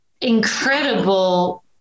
incredible